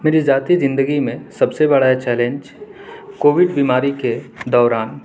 میری ذاتی زندگی میں سب سے بڑا چیلینج کووڈ بیماری کے دوران